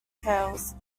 tales